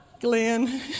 Glenn